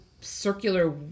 circular